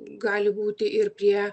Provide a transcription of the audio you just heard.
gali būti ir prie